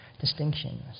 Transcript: distinctions